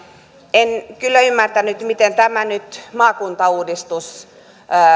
en kyllä ymmärtänyt miten tämä maakuntauudistus nyt